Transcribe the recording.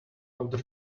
louder